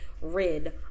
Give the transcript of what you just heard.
rid